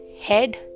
head